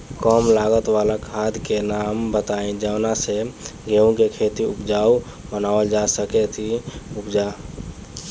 कम लागत वाला खाद के नाम बताई जवना से गेहूं के खेती उपजाऊ बनावल जा सके ती उपजा?